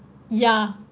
ya